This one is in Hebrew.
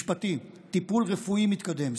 טיפול רפואי מתקדם,